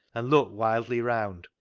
and looked wildly round,